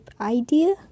idea